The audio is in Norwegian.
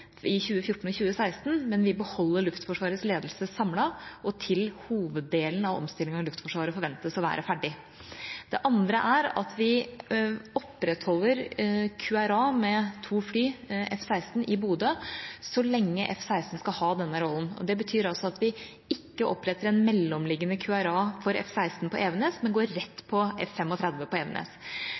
i 2014 og 2016, men vi beholder Luftforsvarets ledelse samlet og til hoveddelen av omstillingen i Luftforsvaret forventes å være ferdig. Det andre er at vi opprettholder QRA med to F-16-fly i Bodø så lenge F-16 skal ha denne rollen. Det betyr altså at vi ikke oppretter en mellomliggende QRA for F-16 på Evenes, men går rett på